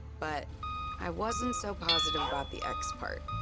but i wasn't so positive about the ex part.